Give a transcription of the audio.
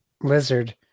lizard